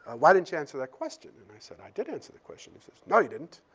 why didn't you answer that question? and i said, i did answer the question. he says, no, you didn't!